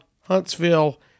Huntsville